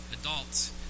adults